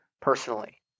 personally